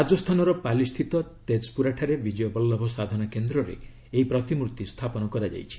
ରାଜସ୍ଥାନର ପାଲିସ୍ଥିତ ଜେତ୍ପୁରା ଠାରେ ବିଜୟ ବଲ୍କଭ ସାଧନା କେନ୍ଦ୍ରରେ ଏହି ପ୍ରତିମୂର୍ତ୍ତି ସ୍ଥାପନ କରାଯାଇଛି